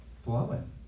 flowing